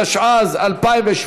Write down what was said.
התשע"ז 2017,